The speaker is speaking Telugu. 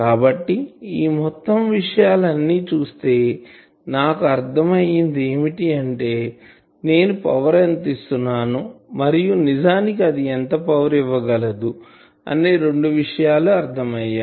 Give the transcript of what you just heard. కాబట్టి ఈ మొత్తం విషయాలు అన్ని చూస్తే నాకు అర్ధం అయ్యింది ఏమిటి అంటే నేను పవర్ ఎంత ఇస్తున్నాను మరియు నిజానికి అది ఎంత పవర్ ఇవ్వగలదు అనే రెండు విషయాలు అర్ధం అయ్యాయి